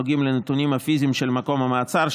הנוגעים לנתונים הפיזיים של מקום המעצר,